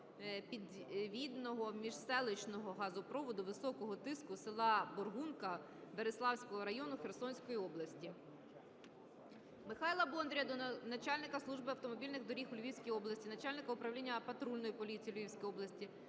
підвідного міжселищного газопроводу високого тиску села Бургунка Бериславського району Херсонської області. Михайла Бондаря до начальника Служби автомобільних доріг у Львівській області, начальника Управління патрульної поліції у Львівській області,